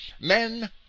Men